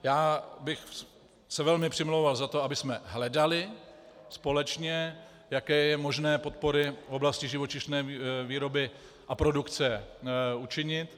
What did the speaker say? Já bych se velmi přimlouval za to, abychom hledali společně, jaké jsou možné podpory v oblasti živočišné výroby a produkce učinit.